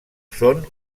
són